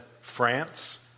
France